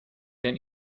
denn